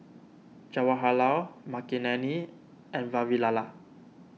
Jawaharlal Makineni and Vavilala